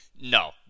no